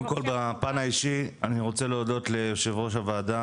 קודם כל בפן האישי אני רוצה להודות ליושבת-ראש הוועדה,